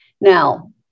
Now